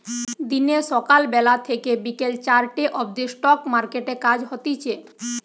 দিনে সকাল বেলা থেকে বিকেল চারটে অবদি স্টক মার্কেটে কাজ হতিছে